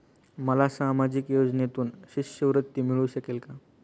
मला सामाजिक योजनेतून शिष्यवृत्ती मिळू शकेल का?